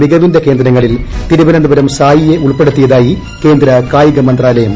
മികവിന്റെ കേന്ദ്രങ്ങളിൽ തിരുവനന്തപുരം സായി യെ ഉൾപ്പെടുത്തിയതായി കേന്ദ്ര കായിക മന്ത്രാലയം